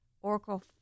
Oracle